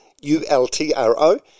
U-L-T-R-O